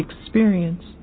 experience